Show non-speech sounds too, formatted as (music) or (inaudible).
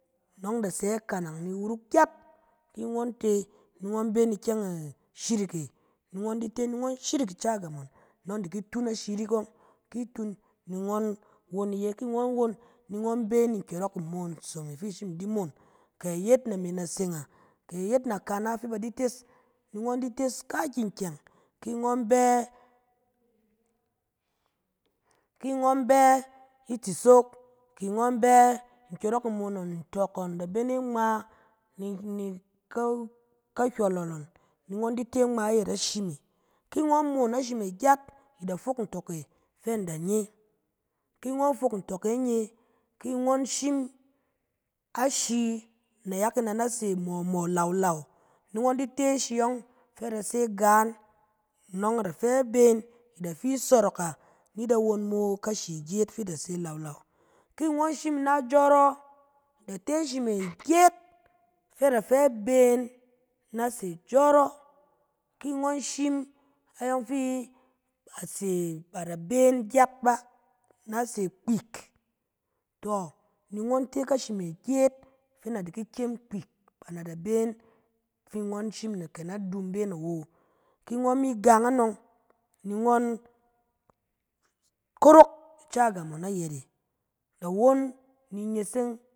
Nɔng da sɛ kanang ni wuruk gyet, ki ngɔn te, ni ngɔn bɛ ni ikyɛng a- shirik e, ni ngɔn te, ni ngɔn shirik ica gam ngɔn, nɔng di ki tun ashi arik ɔng, ki tun ni ngɔn won iye, ki ngɔn won, ni ngɔn bɛ ni nkyɔrɔk imonoso me fi ishim i di mon. Kɛ yet name seng ə, kɛ yet nakan na fɛ ba di tes, ni ngɔn di tes kaaki nkyɛng. Ki ngɔn bɛ- (hesitation) ki ngɔn bɛ itsisok, ki ngɔn bɛ nkyɔrɔk imon ngɔn ntɔk da bɛ ne ngma, ni ni ka-kahywɔlɔ ngɔn ni ngɔn di te ngma ayɛt ashi me. Ki ngɔn mon ashi me gyet, i da fok ntɔk e fɛ in da nye. Ki ngon fok ntɔk e nye, ki ngɔn shim ashi nayak e na na se mɔmɔ kɛ lawlaw, ni ngɔn di te shi yɔng fɛ a se gaan, nɔng a da fɛ beng, i da fi sɔrɔk a, ni da won mo kashi gyet fɛ da se lawlaw. Ki ngɔn shim ina jɔrɔ, da te shi me gyet, fɛ da fɛ beng, na se jɔrɔ. Ki ngɔn shim ayɔng fi a da se- ba da beng gyet bà, na se kpik, tɔ! Ni ngɔn te kashi me gyet, fɛ na di ki kyem kpik, na na da beng fi ngɔn shim kɛ na du beng awo. Ki ngɔn mi gang anɔng, ni ngɔn- kuruk ica gam ngɔn ayɛt e, da won ni neseng.